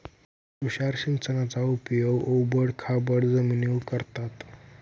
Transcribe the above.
तुषार सिंचनाचा उपयोग ओबड खाबड जमिनीवर करतात